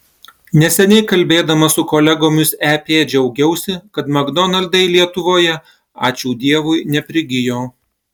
neseniai kalbėdama su kolegomis ep džiaugiausi kad makdonaldai lietuvoje ačiū dievui neprigijo